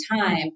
time